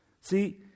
See